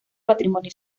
patrimonio